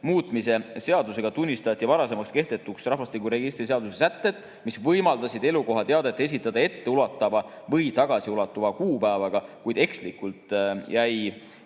muutmise seadusega tunnistati varasemalt kehtetuks rahvastikuregistri seaduse sätted, mis võimaldasid elukohateadet esitada etteulatuva või tagasiulatuva kuupäevaga, kuid ekslikult jäi